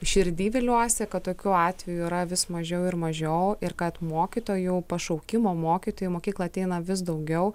širdy viliuosi kad tokių atvejų yra vis mažiau ir mažiau ir kad mokytojų pašaukimo mokytojų į mokyklą ateina vis daugiau